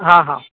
हां हां